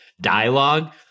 dialogue